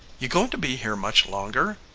you going to be here much longer?